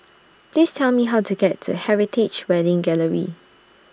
Please Tell Me How to get to Heritage Wedding Gallery